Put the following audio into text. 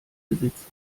besitzer